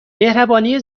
مهربانی